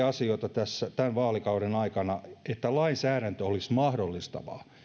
asioita tämän vaalikauden aikana niin että lainsäädäntö olisi mahdollistavaa